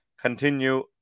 continue